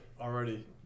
already